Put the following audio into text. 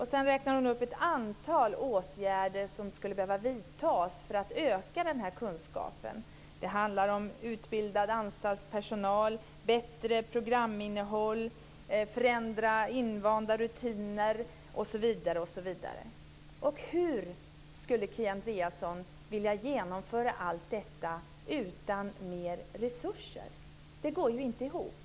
Hon räknar upp ett antal åtgärder som skulle behöva vidtas för att öka den här kunskapen. Det handlar om utbildad anstaltspersonal, bättre programinnehåll, att förändra invanda rutiner osv., osv. Hur skulle Kia Andreasson vilja genomföra allt detta utan mer resurser? Det går inte ihop.